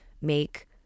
make